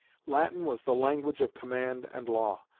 latin was the language of command and law.